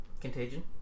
Contagion